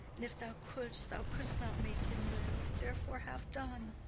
an if thou couldst, thou couldst not make him live. therefore have done.